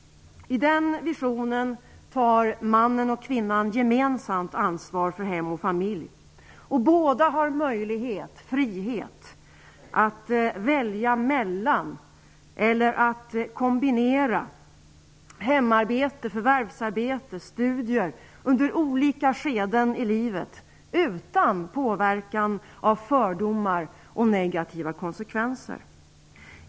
I den visionen tar mannen och kvinnan gemensamt ansvar för hem och familj. Båda har möjlighet, frihet, att kombinera eller välja mellan hemarbete, förvärvsarbete och studier under olika skeden i livet utan påverkan av fördomar och negativa konsekvenser.